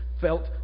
felt